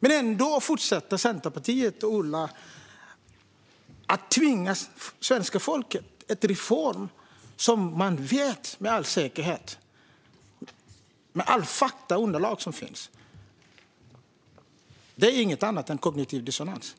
Men ändå fortsätter Centerpartiet och Ola att tvinga på svenska folket en reform mot bättre vetande, med alla faktaunderlag som finns. Det är inget annat än kognitiv dissonans.